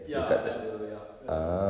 ya dah ada ya dah ada